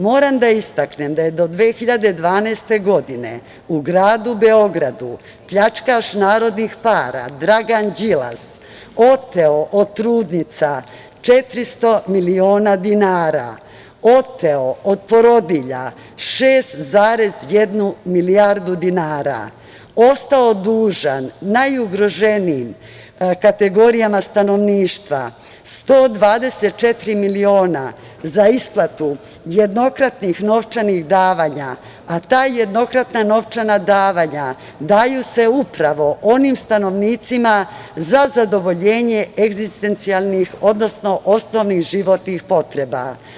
Moram da istaknem da je do 2012. godine u gradu Beogradu pljačkaš narodnih para Dragan Đilas oteo od trudnica 400 miliona dinara, oteo od porodilja 6,1 milijardu dinara, ostao dužan najugroženijim kategorijama stanovništva 124 miliona za isplatu jednokratnih novčanih davanja, a ta jednokratna novčana davanja daju se upravo onim stanovnicima za zadovoljenje egzistencijalnih, odnosno osnovnih životnih potreba.